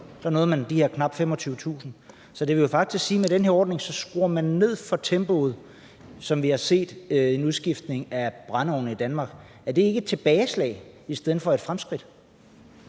år nåede de her knap 25.000. Så det vil faktisk sige, at man med den her ordning skruer ned for tempoet for den udskiftning af brændeovne i Danmark, som vi har set. Er det ikke et tilbageslag i stedet for et fremskridt?